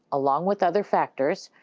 along with other factors,